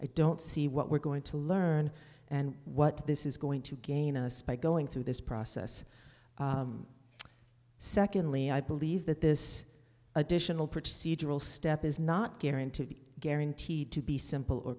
i don't see what we're going to learn and what this is going to gain a spike going through this process secondly i believe that this additional procedural step is not guaranteed be guaranteed to be simple